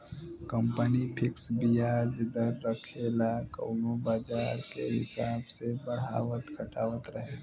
company fix बियाज दर रखेला कउनो बाजार के हिसाब से बढ़ावत घटावत रहेला